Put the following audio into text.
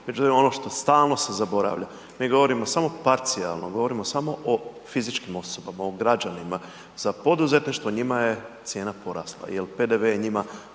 Međutim, ono što stalno se zaboravlja, mi govorimo samo parcijalno, govorimo samo o fizičkim osobama, o građanima, za poduzetništvo njima je cijena porasla jel PDV je njima